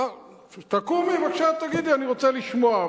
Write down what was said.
אה, תקומי, בבקשה, תגידי, אני רוצה לשמוע.